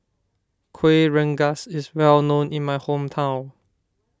Kuih Rengas is well known in my hometown